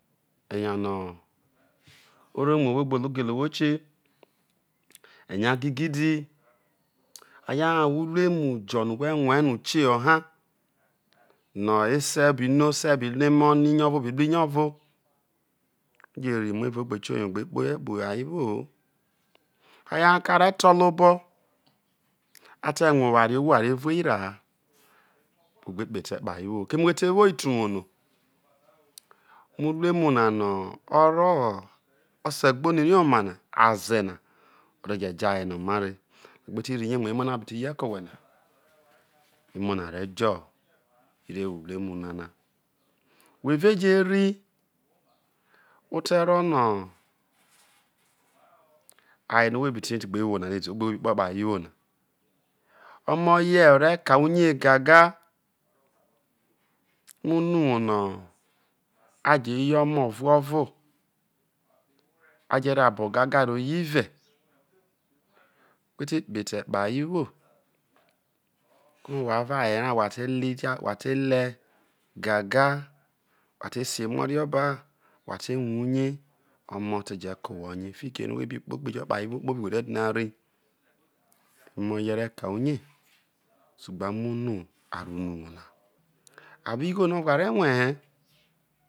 Eyaono̱ o̱re mu owho mu gele ohou kie eyao gigi di hayo ha a wo uruemu jo̱ no̱ wherueno okie ho ho ha no̱ ese bi ruo osebi ruo emo no inio̱vo beruo iniovo whe je rri mu evao ogbe tioye ogbe kpoho egbo hayo iruo ho hayo ko̱ ha are̱ tolo obo a te̱ rue̱ oware̱ ohwo are̱ vuei wa ha who gbe kpoho̱ etee kpoho̱ ayewo ho keme whete wo, te uwou no uruemu na no̱ o̱ rro o̱se̱ gboni rie omana aze na o̱ re̱ je jo aye na omare whe gbe ti rri rie mu na iemono abiti je ye̱ ze̱ na, emo na re̱ jo̱ re wo uruemu na whe re je rri o̱ tero no̱ aye no̱ whe bi to̱ wo na dede obo no̱ who bi kpo ho̱ kpo aye wona omo ye̱ o̱ re̱ kai uye gaga umunuwou no̱ aje ye̱ omo ovuovo, a je̱ ro̱ abo gaga roye̱ ivei whe te kpoho̱ etee kpoho aye wo ko̱ whe̱ avo aye ra wha tele ja wha te le gaga wha te sio emu o̱rio ba, wha te rue uye̱ o̱mo̱ te je ke̱ owhai uyeso fikiere whebi kpoho̱ ogbe jo kpo̱ aye wo kpobi where̱ dina rri o̱mo̱ ye̱ rekai uye te gbe amo̱ ono a rro unuwou na a wo igho no no o̱vo a re rue̱ he̱